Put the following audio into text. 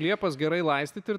liepas gerai laistyt ir